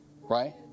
right